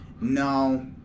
No